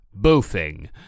boofing